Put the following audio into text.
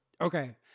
okay